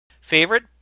Favorite